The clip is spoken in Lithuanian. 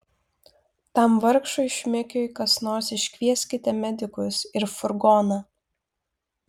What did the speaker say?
tam vargšui šmikiui kas nors iškvieskite medikus ir furgoną